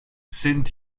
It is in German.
sind